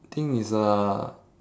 thing is uh